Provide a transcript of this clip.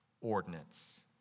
ordinance